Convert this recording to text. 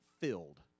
filled